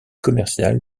commerciale